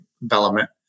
development